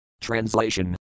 Translation